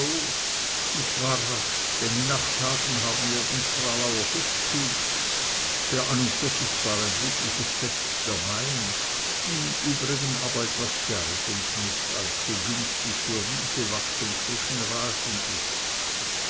und zwar rasch denn in acht tagen haben wir den stralauer fischzug der an und für sich zwar ein liebliches fest der maien im übrigen aber etwas derb und nicht allzu günstig für wiesewachs und frischen rasen ist